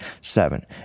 Seven